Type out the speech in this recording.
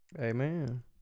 amen